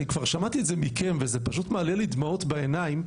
אני כבר שמעתי את זה מכן וזה פשוט מעלה לי דמעות בעיניים,